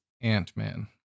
Ant-Man